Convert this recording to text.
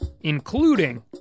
including